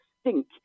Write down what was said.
stink